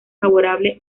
favorable